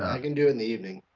i can do in the evening.